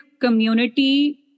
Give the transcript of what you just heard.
community